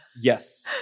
Yes